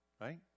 Right